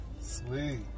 Sweet